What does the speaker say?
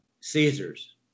Caesars